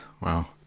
Wow